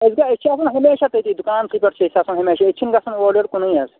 أسۍ گٔیے أسۍ چھِ آسَان ہمیشہ تٔتی دُکانسٕے پٮ۪ٹھ چھِ آسَان ہمیشہِ أسۍ چھِ گژھان اورٕ یورٕ کُنُے حظ